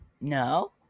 No